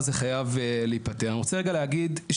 כבר אמר אמיר לוי כאשר הציג את תוכנית 922,